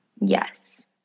Yes